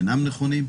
אינם נכונים.